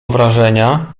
wrażenia